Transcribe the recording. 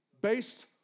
Based